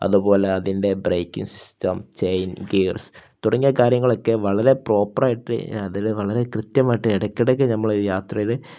അതുപോലെ അതിൻ്റെ braking system chain gears തുടങ്ങിയ കാര്യങ്ങളൊക്കെ വളരെ പ്രോപ്പറായിട്ട് അതിൽ വളരെ കൃത്യമായിട്ട് ഇടയ്ക്ക് ഇടയ്ക്ക് നമ്മൾ ഒരു യാത്രയിൽ